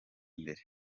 imbere